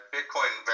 Bitcoin